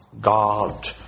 God